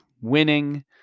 winning